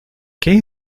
qué